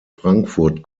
frankfurt